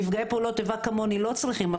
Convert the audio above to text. נפגעי פעולות איבה כמוני לא צריכים,